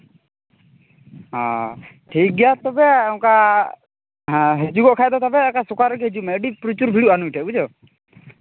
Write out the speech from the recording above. ᱚ ᱴᱷᱤᱠ ᱜᱮᱭᱟ ᱛᱚᱵᱮ ᱚᱱᱠᱟ ᱦᱤᱡᱩᱜᱚᱜ ᱠᱷᱟᱱ ᱜᱮ ᱛᱚᱵᱮ ᱥᱚᱠᱟᱞ ᱨᱮᱜᱮ ᱦᱤᱡᱩᱜ ᱢᱮ ᱟᱹᱰᱤ ᱯᱨᱚᱪᱩᱨ ᱵᱷᱤᱲᱚᱜᱼᱟ ᱱᱩᱭ ᱴᱷᱮᱱ ᱵᱩᱡᱷᱟᱹᱣ